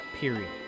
period